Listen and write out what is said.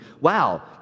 wow